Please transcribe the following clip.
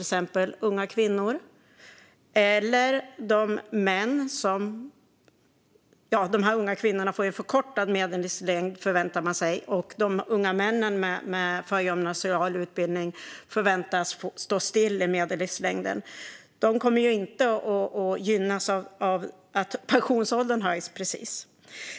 En del unga kvinnor förväntas få förkortad medellivslängd, och för unga män med förgymnasial utbildning förväntas medellivslängden stå still. De kommer inte precis att gynnas av att pensionsåldern höjs.